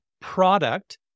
product